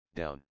down